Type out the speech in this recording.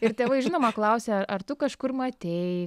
ir tėvai žinoma klausė ar tu kažkur matei